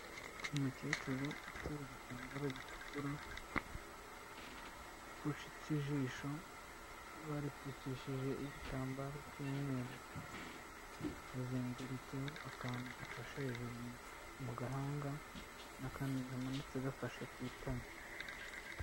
Umukecuru uteze igitambaro gitukura, upfutse ijisho, baripfukishije igitambaro cy'umweru, hazengurutseho akantu gafashe hejuru mu gahanga, n'akandi kamanutse gafashe ku itama.